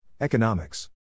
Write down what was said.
Economics